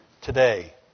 today